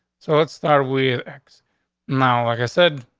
so let's start with x now. like i said,